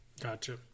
Gotcha